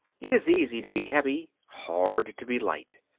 it is easy to be heavy hard to be light.